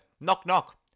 Knock-knock